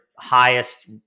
highest